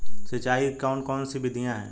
सिंचाई की कौन कौन सी विधियां हैं?